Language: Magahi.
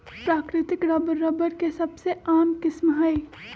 प्राकृतिक रबर, रबर के सबसे आम किस्म हई